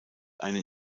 einen